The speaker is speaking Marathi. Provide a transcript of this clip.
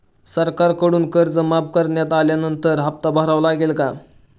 सरकारकडून कर्ज माफ करण्यात आल्यानंतर हप्ता भरावा लागेल का?